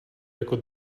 jako